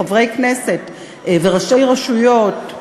חברי כנסת וראשי רשויות,